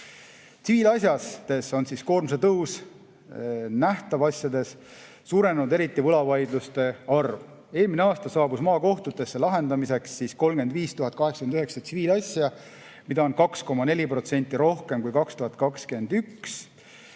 Tsiviilasjades on koormuse tõus nähtav, eriti on suurenenud võlavaidluste arv. Eelmine aasta saabus maakohtutesse lahendamiseks 35 089 tsiviilasja, mida on 2,4% rohkem kui 2021.